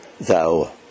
thou